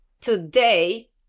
today